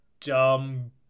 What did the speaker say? dumb